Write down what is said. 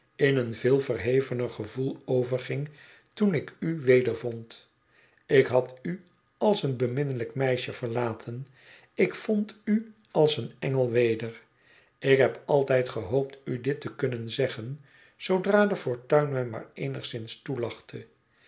in een veel verhevener gevoel overging toen ik u wedervond ik had u als een beminnelijk meisje verlaten ik vond u als een engel weder ik heb altijd gehoopt u dit te kunnen zeggen zoodra de fortuin mij maar eenigszins toelachte